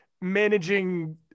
managing